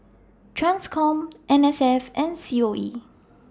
TRANSCOM N S F and C O E